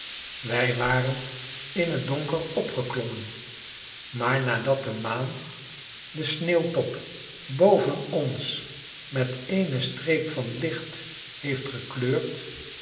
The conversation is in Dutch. wij waren in het donker opgeklommen maar nadat de maan den sneeuwtop boven ons met eene streep van licht heeft gekleurd